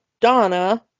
Donna